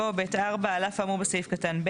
במנגנון שנקבע בפעולת הקרקעות העדכנית בשנת 1943,